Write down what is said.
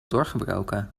doorgebroken